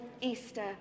Easter